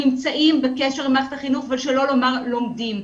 נמצאים בקשר עם מערכת החינוך ושלא לומר לומדים.